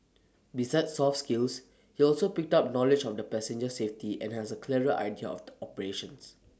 besides soft skills he also picked up knowledge of the passenger safety and has A clearer idea of the operations